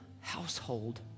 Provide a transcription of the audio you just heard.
household